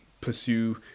pursue